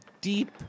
deep